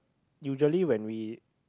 usually when we